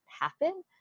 happen